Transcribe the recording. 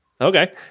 Okay